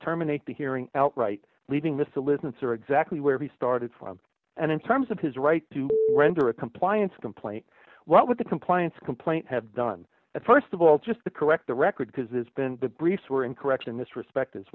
terminate the hearing outright leaving the solicitor exactly where he started from and in terms of his right to render a compliance complaint what with the compliance complaint have done that st of all just to correct the record because it's been the briefs were incorrect in this respect as